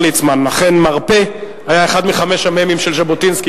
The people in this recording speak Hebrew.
אכן "מרפא" היה אחד מחמשת המ"מים של ז'בוטינסקי,